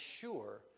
sure